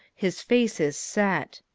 his face is set.